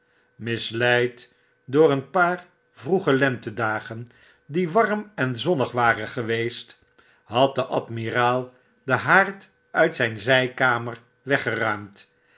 misleid door een paar vroege lentedagen die warm en zonnig waren geweest had de b admiraal den haard uit zjjn zykamer weggeruimd